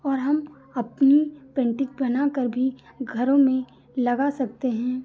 और हम अपनी पेन्टिंग बनाकर भी घरों में लगा सकते हैं